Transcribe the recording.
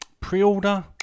Pre-order